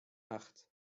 acht